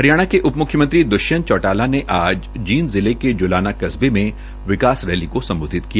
हरियाणा के उपम्ख्यमंत्री दृष्यंत चौटाला ने आज जींद जिले के जुलाना कस्बे में विकास रैली को संबोधित किया